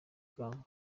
bwangu